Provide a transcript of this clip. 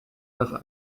nach